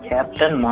Captain